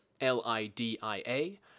L-I-D-I-A